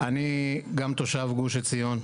גם תושב גוש עציון.